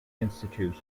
institute